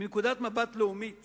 מנקודת מבט לאומית